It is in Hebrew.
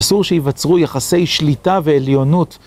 אסור שיווצרו יחסי שליטה ועליונות.